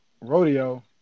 Rodeo